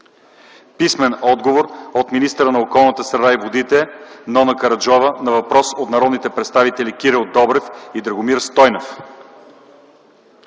Писмен отговор от министъра на околната среда и водите Нона Караджова на въпрос от народните представители Кирил Добрев и Драгомир Стойнев.